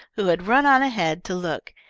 who had run on ahead to look.